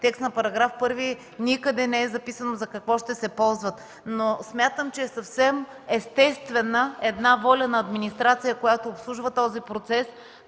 законопроекта никъде не е записано за какво ще се ползват. Смятам, че съвсем естествена е волята на администрацията, която обслужва този процес